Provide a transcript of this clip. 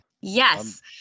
Yes